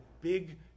big